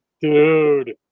dude